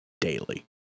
daily